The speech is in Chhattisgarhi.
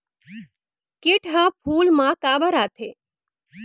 किट ह फूल मा काबर आथे?